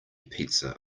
pizza